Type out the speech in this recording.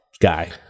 guy